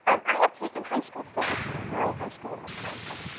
um i had taken high school physics in a rural high school in wisconsin.